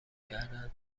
کردن